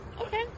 okay